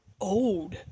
old